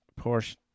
Porsche